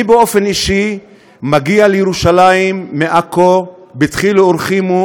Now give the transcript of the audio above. אני באופן אישי מגיע לירושלים מעכו בדחילו ורחימו,